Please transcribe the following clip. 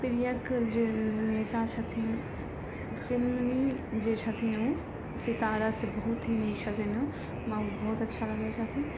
प्रियके जे नेता छथिन फिलमी जे छथिन ओ सितारासे बहुत ही नीक छथिन ओ हमरा ओ बहुत अच्छा लागै छथिन